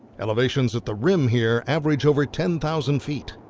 elevations at the rim here average over ten thousand feet.